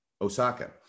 Osaka